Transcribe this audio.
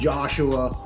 Joshua